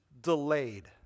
delayed